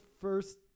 first